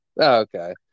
Okay